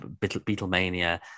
Beatlemania